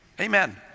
Amen